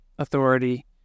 authority